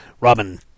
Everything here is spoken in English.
Robin